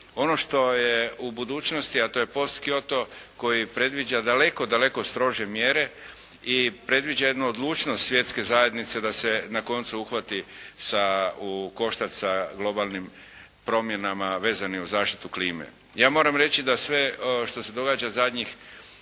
ono što je u budućnosti a to je Postkyoto koji predviđa daleko, daleko strožije mjere i predviđa jednu odlučnost Svjetske zajednice da se na koncu uhvati u koštac sa globalnim promjenama vezanim uz zaštitu klime. Ja moram reći da sve što se događa zadnjih